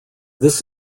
this